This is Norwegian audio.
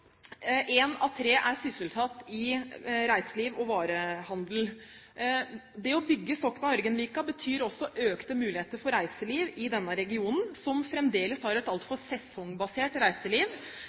varehandel. Det å bygge Sokna–Ørgenvika betyr økte muligheter for reiseliv i denne regionen, som fremdeles har et altfor sesongbasert reiseliv.